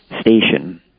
station